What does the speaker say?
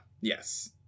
yes